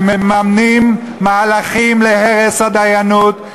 שמממנים מהלכים להרס הדיינות,